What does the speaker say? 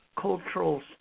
cultural